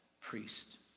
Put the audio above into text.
priest